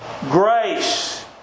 Grace